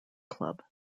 club